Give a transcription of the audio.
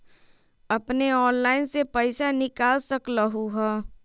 अपने ऑनलाइन से पईसा निकाल सकलहु ह?